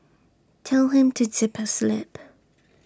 tell him to zip his lip